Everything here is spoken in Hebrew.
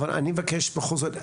אבל אני מבקש בכל זאת,